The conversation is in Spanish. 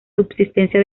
subsistencia